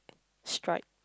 stripe